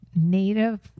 Native